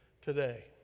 today